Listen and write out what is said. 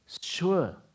sure